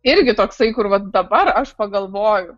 irgi toksai kur va dabar aš pagalvoju